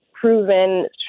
proven